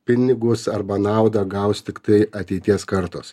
pinigus arba naudą gaus tiktai ateities kartos